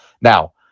Now